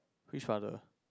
which rather